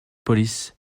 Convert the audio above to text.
polices